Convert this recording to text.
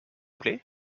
plaît